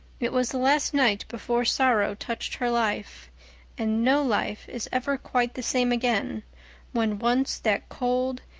it was the last night before sorrow touched her life and no life is ever quite the same again when once that cold,